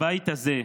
בבית הזה,